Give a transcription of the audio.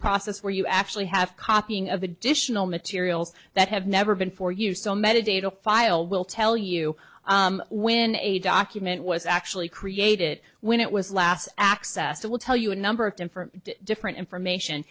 process where you actually have copying of additional materials that have never been for you so meditative file will tell you when a document was actually created when it was last access to will tell you a number of different different information